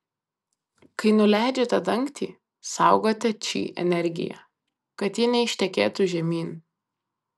kai nuleidžiate dangtį saugote či energiją kad ji neištekėtų žemyn